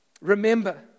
Remember